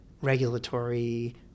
regulatory